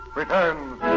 returns